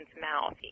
mouth